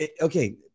Okay